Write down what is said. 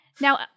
Now